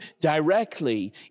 directly